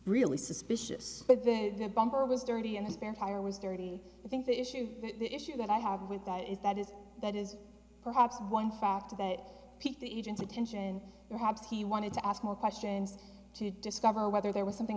really suspicious but the bumper was dirty and the spare tire was dirty i think the issue the issue that i have with that is that is that is perhaps one factor that piqued the agent's attention perhaps he wanted to ask more questions to discover whether there was something